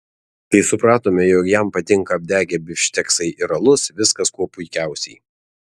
kai supratome jog jam patinka apdegę bifšteksai ir alus viskas kuo puikiausiai